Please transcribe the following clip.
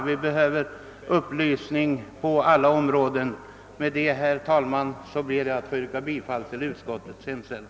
Vi behöver upplysning på alla områden. Med detta ber jag, herr talman, att få yrka bifall till utskottets hemställan.